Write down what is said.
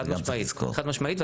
חד-משמעית,